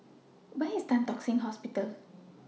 Where IS Tan Tock Seng Hospital